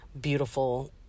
beautiful